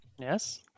Yes